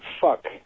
fuck